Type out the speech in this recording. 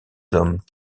hommes